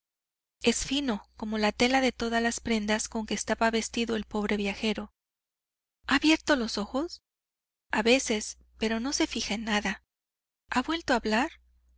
es fino como la tela de todas las prendas con que estaba vestido el pobre viajero ha abierto los ojos a veces pero no se fija en nada ha vuelto a hablar